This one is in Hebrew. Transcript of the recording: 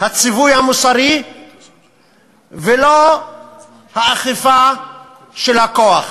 הציווי המוסרי ולא האכיפה של הכוח.